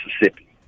Mississippi